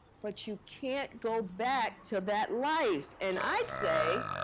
but you can't go back to that life. and i'd say,